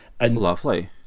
Lovely